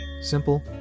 Simple